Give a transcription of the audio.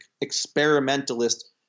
experimentalist